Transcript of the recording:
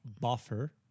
buffer